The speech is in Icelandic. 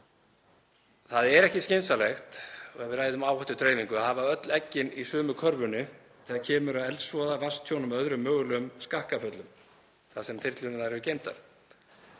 Það er ekki skynsamlegt, ef við ræðum áhættudreifingu, að hafa öll eggin í sömu körfunni þegar kemur að eldsvoða, vatnstjóni og öðrum mögulegum skakkaföllum þar sem þyrlurnar eru geymdar